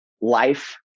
life